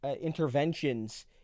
interventions